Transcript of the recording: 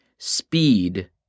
Speed